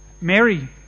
Mary